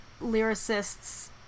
lyricist's